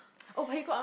oh but you got up